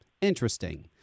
Interesting